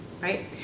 right